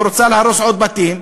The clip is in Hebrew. ורוצה להרוס עוד בתים,